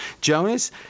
Jonas